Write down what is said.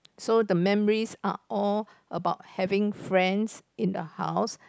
so the memories are all about having friends in the house